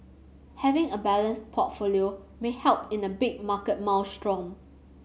having a balanced portfolio may help in a big market maelstrom